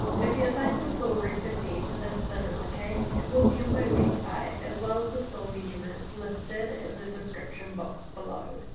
if you would like the full recipe for this vanilla cake it will be on my website as well as the full measurements listed in the description box below.